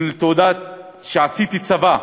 תעודה שעשיתי צבא,